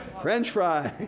french fries,